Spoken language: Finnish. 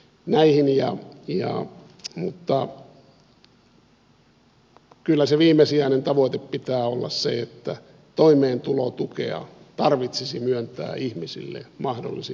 mutta kyllä sen viimesijaisen tavoitteen pitää olla se että toimeentulotukea tarvitsisi myöntää ihmisille mahdollisimman vähän